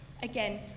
Again